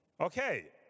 Okay